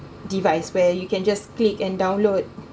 device where you can just click and download